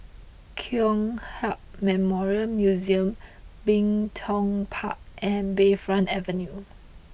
Kong Hiap Memorial Museum Bin Tong Park and Bayfront Avenue